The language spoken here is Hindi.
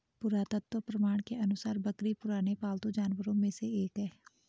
पुरातत्व प्रमाण के अनुसार बकरी पुराने पालतू जानवरों में से एक है